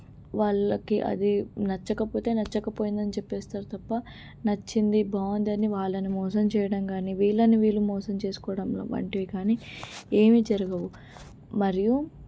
వాళ్ళకి అది నచ్చకపోతే నచ్చకపోయిందని చెప్పేస్తారు తప్ప నచ్చింది బాగుందని వాళ్ళని మోసం చేయడం కానీ వీళ్ళని వీళ్ళు మోసం చేసుకోవడంలో వంటివి కానీ ఏమీ జరగవు మరియు